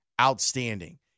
outstanding